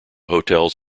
hotels